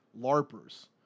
LARPers